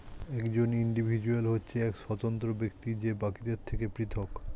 একজন ইন্ডিভিজুয়াল হচ্ছে এক স্বতন্ত্র ব্যক্তি যে বাকিদের থেকে পৃথক